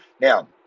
Now